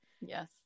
Yes